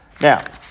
Now